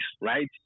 right